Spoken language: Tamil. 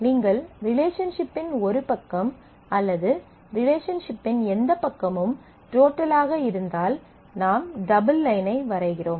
நீங்கள் ரிலேஷன்ஷிப்பின் ஒரு பக்கம் அல்லது ரிலேஷன்ஷிப்பின் எந்தப் பக்கமும் டோட்டலாக இருந்தால் நாம் டபுள் லைனை வரைகிறோம்